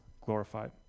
glorified